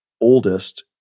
oldest